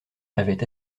avaient